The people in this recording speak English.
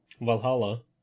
Valhalla